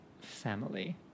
family